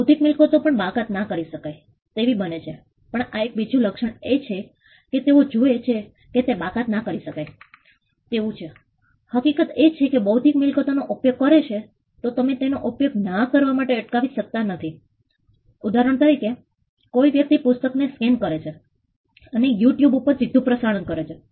બૌદ્ધિક મિલકતો પણ બાકાત ના કરી શકાય તેવી બને છે આ એક બીજું લક્ષણ છે કે જે તેઓ જુએ છે કે તે બાકાત ના કરી શકાય તેવું છે હકીકત એ છે કે બૌદ્ધિક મિલકતો નો કોઈ ઉપયોગ કરે છે તો તમે તેને તેના ઉપયોગ ના કરવા માટે અટકાવી શકતા નથી ઉદાહરણ તરીકે કોઈ વ્યક્તિ પુસ્તક ને સ્કેન કરે છે અને તેને યુટ્યુબ માં સીધું પ્રસારણ કરે છે